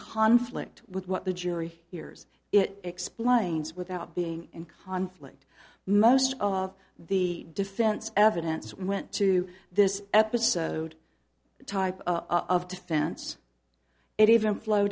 conflict with what the jury hears it explains without being in conflict most of the defense evidence went to this episode the type of defense it even flow